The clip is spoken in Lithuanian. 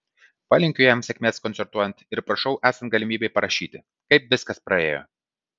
palinkiu jam sėkmės koncertuojant ir prašau esant galimybei parašyti kaip viskas praėjo